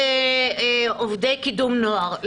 ועובדי קידום נוער.